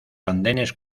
andenes